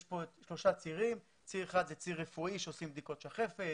יש כאן שלושה צירים כאשר ציר אחד הוא ציר רפואי בו עושים בדיקות שחפת